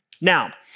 Now